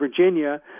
Virginia